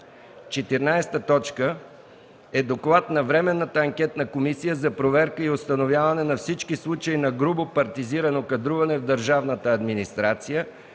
14. Доклад на Временната анкетна комисия за проверка и установяване на всички случаи на грубо партизирано кадруване в държавната администрация